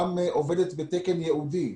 גם עובדת בתקן ייעודי,